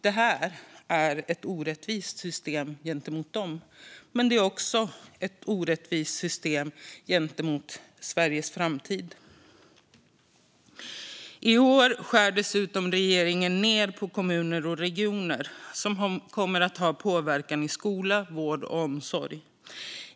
Detta är ett orättvist system gentemot dem, men det är också ett orättvist system gentemot Sveriges framtid. I år skär dessutom regeringen ned för kommuner och regioner. Det kommer att ha påverkan i skola, vård och omsorg.